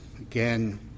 Again